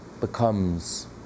becomes